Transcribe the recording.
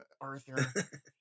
arthur